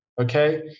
Okay